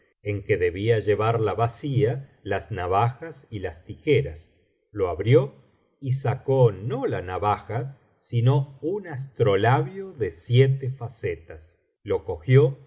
en que debía llevar la bacía las navajas y las tijeras lo abrió y sacó no la navaja sino un astrolabio de siete facetas lo cogió